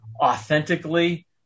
authentically